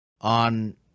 on